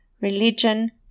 religion